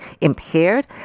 Impaired